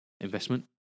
investment